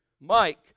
Mike